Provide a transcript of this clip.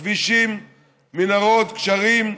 כבישים, מנהרות, גשרים,